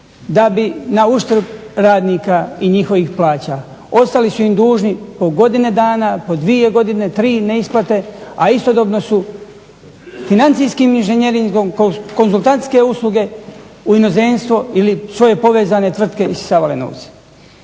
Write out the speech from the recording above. firmi na uštrb radnika i njihovih plaća. Ostali su im dužni po godinu dana, po dvije godina, tri neisplate, a istodobno su financijskih inženjeringom, konzultantske usluge u inozemstvu ili svoje povezane tvrtke isisavali novce.